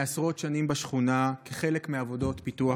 עשרות שנים בשכונה כחלק מעבודות פיתוח,